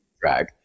drag